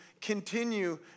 continue